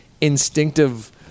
instinctive